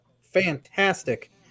fantastic